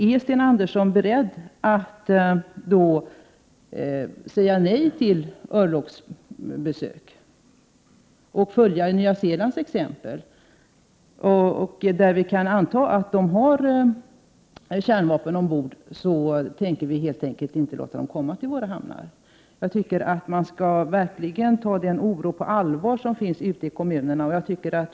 Är Sten Andersson beredd att säga nej till örlogsbesök och följa Nya Zeelands exempel, dvs. att i de fall där vi kan anta att fartygen har kärnvapen ombord helt enkelt inte låta dem komma till våra hamnar? Jag tycker att man verkligen skall ta den oro på allvar som finns ute i kommunerna.